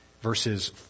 verses